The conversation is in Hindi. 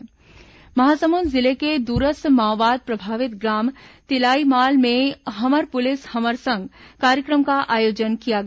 हमर पुलिस हमर संग महासमुंद जिले के दूरस्थ माओवाद प्रभावित ग्राम तिलाईमाल में हमर पुलिस हमर संग कार्यक्रम का आयोजन किया गया